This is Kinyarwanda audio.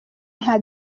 nka